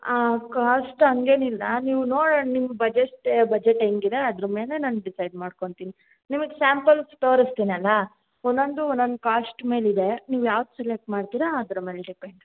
ಹಾಂ ಕಾಸ್ಟ್ ಹಂಗೇನಿಲ್ಲಾ ನೀವು ನೋಡೋಣ ನಿಮ್ಮ ಬಜೆಟ್ ಬಜೆಟ್ ಹೆಂಗೆ ಇದೆ ಅದ್ರ್ಮೇಲೆ ನಾನು ಡಿಸೈಡ್ ಮಾಡ್ಕೊಳ್ತೀನಿ ನಿಮ್ಗ ಸ್ಯಾಂಪಲ್ ತೋರಿಸ್ತಿನಲ್ಲಾ ಒಂದೊಂದು ಒಂದೊಂದು ಕಾಸ್ಟ್ ಮೇಲೆ ಇದೆ ನೀವು ಯಾವ್ದು ಸೆಲೆಕ್ಟ್ ಮಾಡ್ತೀರಾ ಅದ್ರ ಮೇಲೆ ಡಿಪೆಂಡ್